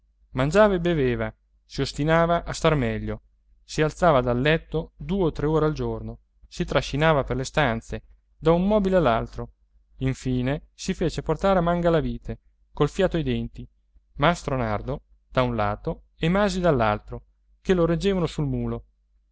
e beveva si ostinava a star meglio si alzava dal letto due o tre ore al giorno si trascinava per le stanze da un mobile all'altro infine si fece portare a mangalavite col fiato ai denti mastro nardo da un lato e masi dall'altro che lo reggevano sul mulo